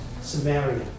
Samaria